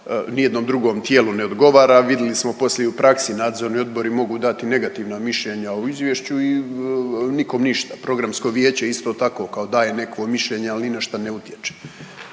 nijednom drugom tijelu ne odgovara, a vidli smo poslije i u praksi, nadzorni odboru mogu dati negativno mišljenje o izvješću i nikom ništa, programsko vijeće, isto tako, kao daje nekakvo mišljenje, ali ni na šta ne utječe.